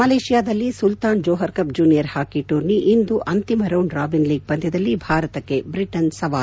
ಮಲೇಷಿಯಾದಲ್ಲಿ Sultan Johor Cup junior hockey tourney ಇಂದು ತನ್ನ ಹ ಅಂತಿಮ ರೌಂಡ್ ರಾಬಿನ್ ಲೀಗ್ ಪಂದ್ಯದಲ್ಲಿ ಭಾರತಕ್ಕೆ ಬ್ರಿಟನ್ ಸವಾಲು